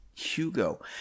Hugo